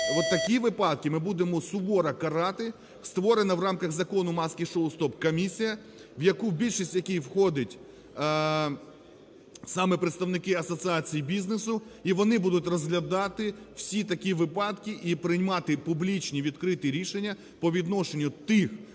от такі випадки ми будемо суворо карати. Створена в рамках Закону "маски-шоу стоп" комісія , більшість, в яку входить саме представники асоціації бізнесу, і вони будуть розглядати всі такі випадки, і приймати публічні відкриті рішення по відношенню тих